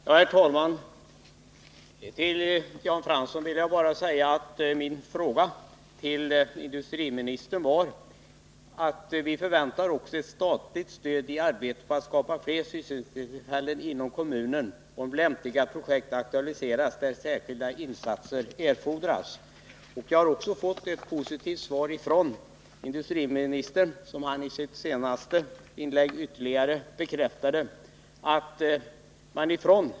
Herr talman! Jag vill bara säga till Jan Fransson att min fråga till industriministern gällde om vi kan förvänta oss ett statligt stöd i arbetet med att skapa fler sysselsättningstillfällen inom kommunen, om lämpliga projekt aktualiseras där särskilda insatser erfordras. Jag har också fått ett positivt svar från industriministern, vilket han ytterligare bekräftade i sitt senaste inlägg.